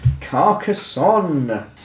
Carcassonne